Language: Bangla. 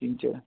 তিনটে